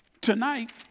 tonight